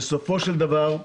בסופו של דבר,